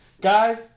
Guys